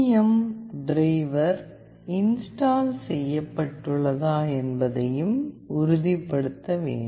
M driver install செய்யப்பட்டுள்ளதா என்பதையும் உறுதிப்படுத்த வேண்டும்